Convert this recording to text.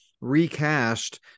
recast